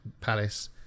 palace